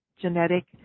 genetic